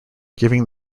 giving